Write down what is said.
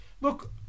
look